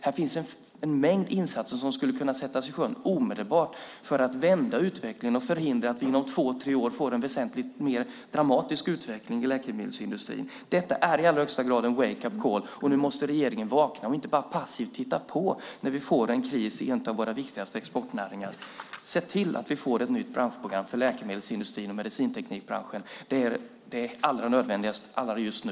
Här finns en mängd insatser som skulle kunna sättas i sjön omedelbart för att vända utvecklingen och förhindra att vi inom två tre år får en väsentligt mer dramatisk utveckling i läkemedelsindustrin. Detta är i allra högsta grad en wake-up call, och nu måste regeringen vakna och inte bara passivt titta på när vi får en kris i en av våra viktigaste exportnäringar. Se till att vi får ett nytt branschprogram för läkemedelsindustrin och medicinteknikbranschen! Det är det allra nödvändigaste just nu.